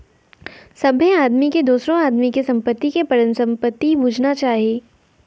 सभ्भे आदमी के दोसरो आदमी के संपत्ति के परसंपत्ति बुझना चाही